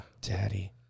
Daddy